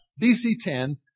DC-10